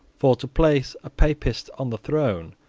for to place a papist on the throne,